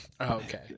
Okay